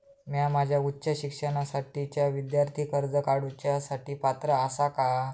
म्या माझ्या उच्च शिक्षणासाठीच्या विद्यार्थी कर्जा काडुच्या साठी पात्र आसा का?